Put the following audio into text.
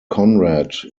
conrad